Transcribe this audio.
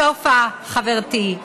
סופה, חברתי,